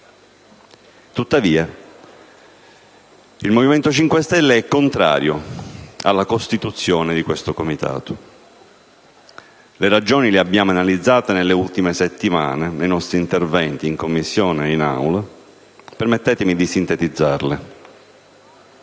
Tuttavia, il Movimento 5 Stelle è contrario alla costituzione di questo Comitato. Le ragioni le abbiamo analizzate nelle ultime settimane nei nostri interventi in Commissione e in Aula. Permettetemi ora di sintetizzarle.